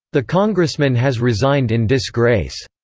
the congressman has resigned in disgrace,